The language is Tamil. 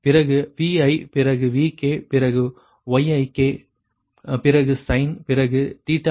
பிறகு Viபிறகு Vkபிறகு Yik பிறகு சைன் பிறகு ik ik